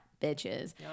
bitches